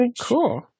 cool